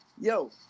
yo